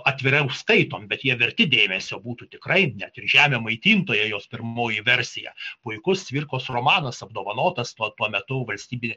atviriau skaitom bet jie verti dėmesio būtų tikrai net žemė maitintoja jos pirmoji versija puikus cvirkos romanas apdovanotas tuo tuo metu valstybine